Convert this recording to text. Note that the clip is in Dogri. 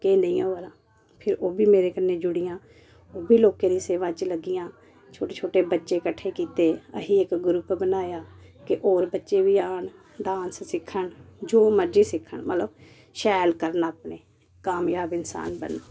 फिर ओह्बी मेरे कन्नै जुड़ियां ओह्बी लोकें दी सेवां च जुड़ियां छोटे छोटे बच्चे कट्ठे कीते अहीं इक ग्रुप बनाया कि होर बच्चे बी आन डांस सिक्खन जो मर्जी सिक्खन मतलब शैल करना अपने कामयाब इंसान बनन